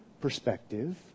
perspective